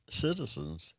citizens